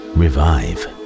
revive